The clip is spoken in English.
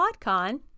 podcon